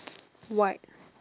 white